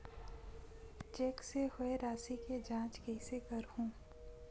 Cheque से होए राशि के जांच कइसे करहु?